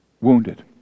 wounded